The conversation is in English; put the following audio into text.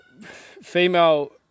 female